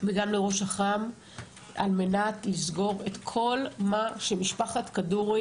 לראש אח"מ על מנת לסגור את כל מה שמשפחת כדורי